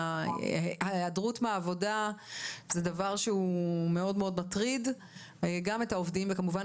ההיעדרות מהעבודה זה דבר שהוא מאוד מאוד מטריד גם את העובדים וכמובן